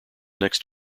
next